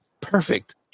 perfect